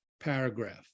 paragraph